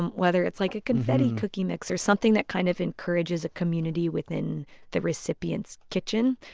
and whether it's like a confetti cookie mix or something that kind of encourages a community within the recipient's kitchen.